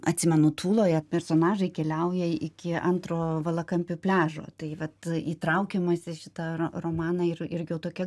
atsimenu tūloje personažai keliauja iki antro valakampių pliažo tai vat įtraukiamas į šitą ro romaną ir irgi jau tokia